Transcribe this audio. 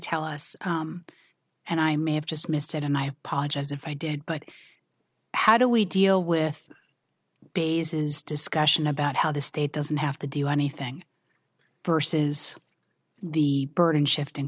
tell us and i may have just missed it and i apologize if i did but how do we deal with b s his discussion about how the state doesn't have to do anything first says the burden shifting